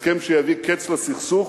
הסכם שיביא קץ לסכסוך